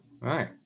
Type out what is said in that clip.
Right